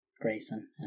Grayson